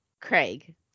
craig